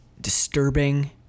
disturbing